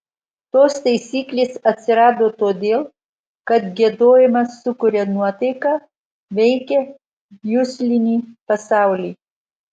tos taisyklės atsirado todėl kad giedojimas sukuria nuotaiką veikia juslinį pasaulį